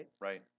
Right